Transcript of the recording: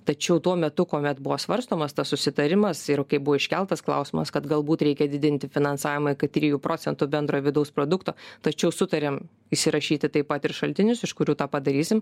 tačiau tuo metu kuomet buvo svarstomas tas susitarimas ir kai buvo iškeltas klausimas kad galbūt reikia didinti finansavimą iki trijų procentų bendro vidaus produkto tačiau sutarėm įsirašyti taip pat ir šaltinius iš kurių tą padarysim